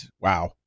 wow